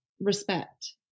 respect